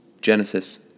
Genesis